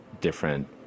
different